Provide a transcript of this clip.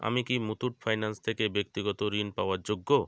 আমি কি মুথুত ফাইনান্স থেকে ব্যক্তিগত ঋণ পাওয়ার যোগ্য